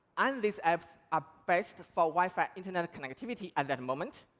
and these apps are based for wi-fi internet connectivity at that moment,